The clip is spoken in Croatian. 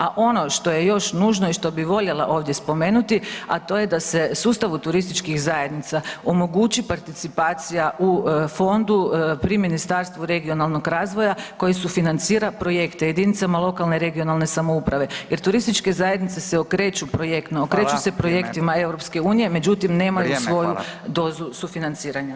A ono što je još nužno i što bi voljela ovdje spomenuti, a to je da se sustavu turističkih zajednica omogući participacija u fondu pri Ministarstvu regionalnog razvoja koji sufinancira projekte jedinicama lokalne i regionalne samouprave jer turističke zajednice se okreću projektno, okreću se projektima EU međutim nemaju svoju dozu sufinanciranja.